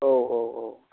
औ औ औ